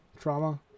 trauma